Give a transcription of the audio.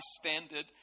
standard